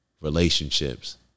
relationships